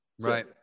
Right